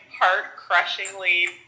heart-crushingly